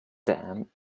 damn